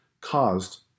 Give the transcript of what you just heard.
caused